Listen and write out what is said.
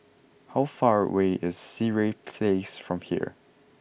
how far away is Sireh Place from here